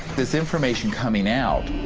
this information coming out